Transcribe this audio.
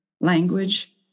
language